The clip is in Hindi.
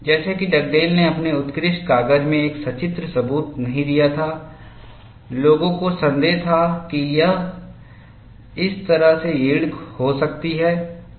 जैसा कि डगडेल ने अपने उत्कृष्ट कागज़ में एक सचित्र सबूत नहीं दिया था लोगों को संदेह था कि क्या इस तरह से यील्ड हो सकती है